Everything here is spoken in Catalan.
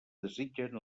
desitgen